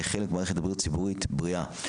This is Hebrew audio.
כחלק ממערכת בריאות ציבורית בריאה.